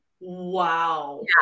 Wow